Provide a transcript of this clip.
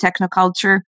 technoculture